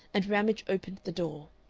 and ramage opened the door.